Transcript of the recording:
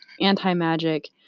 anti-magic